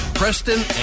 Preston